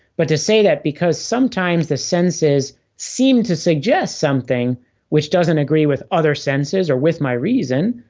but to say that because sometimes the senses seem to suggest something which doesn't agree with other senses, or with my reason,